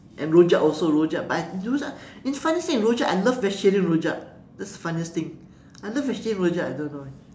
and rojak also rojak but rojak and the funniest thing rojak I love vegetarian rojak that's the funniest thing I love vegetarian rojak I don't know why